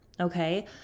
Okay